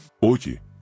Oye